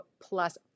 plus